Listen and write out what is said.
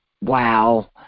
wow